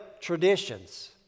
traditions